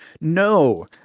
No